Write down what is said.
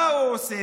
מה הוא עושה?